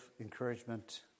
encouragement